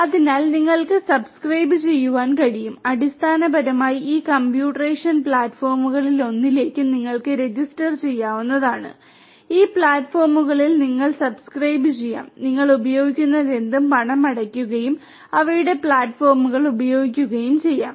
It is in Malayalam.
അതിനാൽ നിങ്ങൾക്ക് സബ്സ്ക്രൈബുചെയ്യാൻ കഴിയും അടിസ്ഥാനപരമായി ഈ കമ്പ്യൂട്ടറേഷൻ പ്ലാറ്റ്ഫോമുകളിലൊന്നിലേക്ക് നിങ്ങൾ രജിസ്റ്റർ ചെയ്യാവുന്നതാണ് ഈ പ്ലാറ്റ്ഫോമുകളിൽ നിങ്ങൾ സബ്സ്ക്രൈബുചെയ്യാം നിങ്ങൾ ഉപയോഗിക്കുന്നതെന്തും പണമടയ്ക്കുകയും അവയുടെ പ്ലാറ്റ്ഫോമുകൾ ഉപയോഗിക്കുകയും ചെയ്യാം